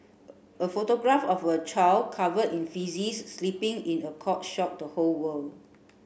a photograph of a child covered in faeces sleeping in a cot shocked the whole world